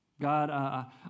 God